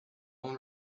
own